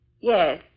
Yes